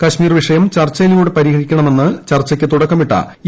കശ്മീർ വിഷയം ചർച്ചയിലൂടെ പരിഹരിക്കണമെന്ന് ചർച്ചയ്ക്ക് തുടക്കമിട്ട ഇ